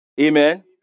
Amen